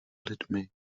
lidmi